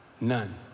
None